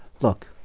Look